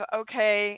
okay